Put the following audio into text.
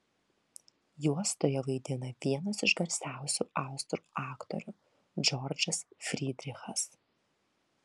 juostoje vaidina vienas iš garsiausių austrų aktorių džordžas frydrichas